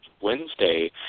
Wednesday